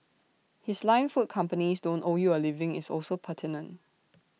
his line food companies don't owe you A living is also pertinent